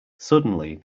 suddenly